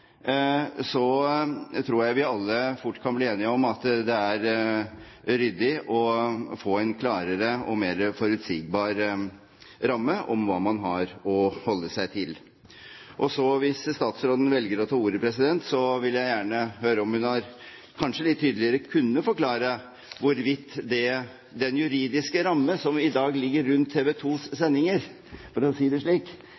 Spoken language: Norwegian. så, hvis statsråden velger å ta ordet, vil jeg gjerne høre om hun kanskje litt tydeligere kunne forklare hvorvidt den juridiske ramme som i dag ligger rundt TV 2s sendinger, for å si det slik,